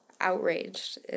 outraged